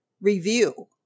review